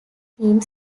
theme